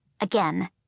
Again